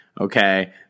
Okay